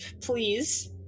Please